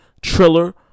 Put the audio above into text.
Triller